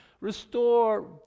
Restore